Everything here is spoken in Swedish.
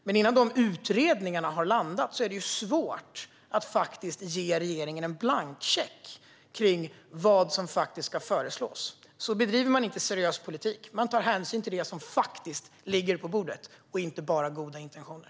Men innan dessa utredningar har landat är det svårt att ge regeringen en blankocheck för vad som ska föreslås. Så bedriver man inte seriös politik, utan man tar hänsyn till det som faktiskt ligger på bordet och inte bara till goda intentioner.